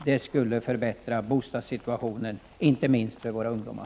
Det skulle förbättra bostadssituationen inte minst för våra ungdomar.